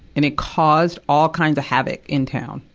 and it caused all kinds of havoc in town.